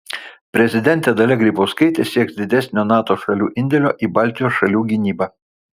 prezidentė dalia grybauskaitė sieks didesnio nato šalių indėlio į baltijos šalių gynybą